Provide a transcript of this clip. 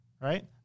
Right